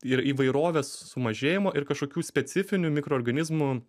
ir įvairovės sumažėjimo ir kažkokių specifinių mikroorganizmų